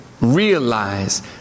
realize